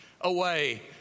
away